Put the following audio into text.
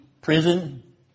prison